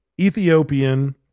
Ethiopian